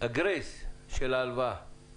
שהגרייס של ההלוואה קצר מדי.